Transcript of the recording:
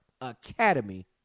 Academy